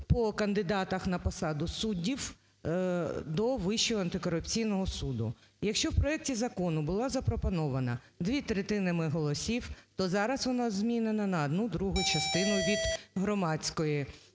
по кандидатах на посаду суддів до Вищого антикорупційного суду. Якщо в проекті закону було запропоновано двома третинами голосів, то зараз у нас змінено на одну другу частину від Громадської